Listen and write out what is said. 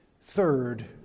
third